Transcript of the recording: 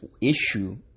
issue